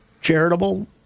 charitable